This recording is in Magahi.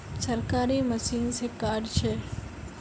सरकारी मशीन से कार्ड छै?